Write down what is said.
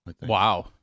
Wow